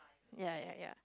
ya ya ya